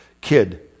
kid